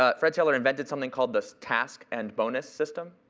ah fred taylor, invented something called the task and bonus system,